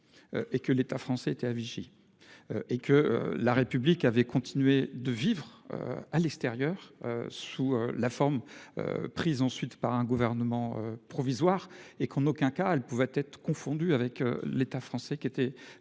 Et que l'État français était à Vichy. Et que la République avait continué de vivre à l'extérieur sous la forme. Prise ensuite par un gouvernement provisoire et qu'en aucun cas elle pouvait être confondu avec l'État français qui étaient.